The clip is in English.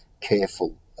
careful